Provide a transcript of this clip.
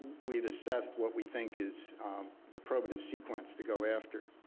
we'd accessed what we think is the probative sequence to go after.